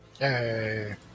Yay